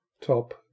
top